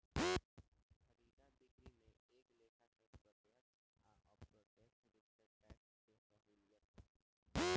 खरीदा बिक्री में एक लेखा के प्रत्यक्ष आ अप्रत्यक्ष रूप से टैक्स के सहूलियत बा